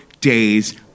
days